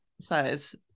size